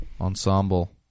ensemble